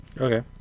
Okay